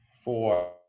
Four